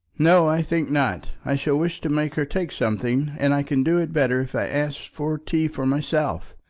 no, i think not. i shall wish to make her take something, and i can do it better if i ask for tea for myself.